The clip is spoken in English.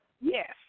yes